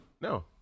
no